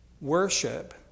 Worship